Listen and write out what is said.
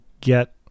get